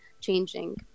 changing